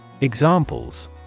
Examples